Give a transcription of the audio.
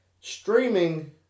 Streaming